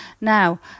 Now